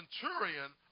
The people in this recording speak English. centurion